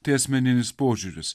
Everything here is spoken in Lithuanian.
tai asmeninis požiūris